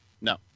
No